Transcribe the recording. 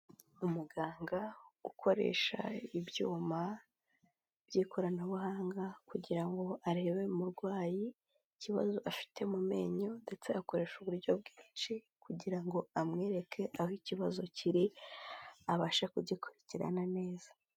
Umuganga ukoresha ibyuma by'ikoranabuhanga kugira ngo arebe umurwayi ikibazo afite mu menyo ndetse akoresha uburyo bwinshi kugira ngo amwereke aho ikibazo kiri, abashe kugikurikirana neza.